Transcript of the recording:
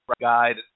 guide